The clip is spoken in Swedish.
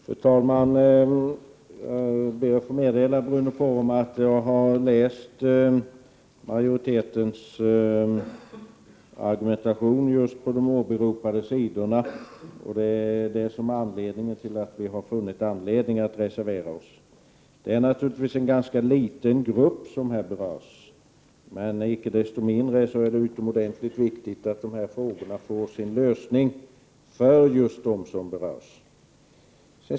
Fru talman! Jag ber att få meddela Bruno Poromaa att jag har läst majoritetens argumentation just på de åberopade sidorna. Det är det som är anledningen till att vi har reserverat oss. Det är naturligtvis en ganska liten grupp som här berörs, men icke desto mindre är det utomordentligt viktigt att de här frågorna får sin lösning just för dem som berörs.